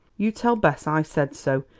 you tell bess i said so.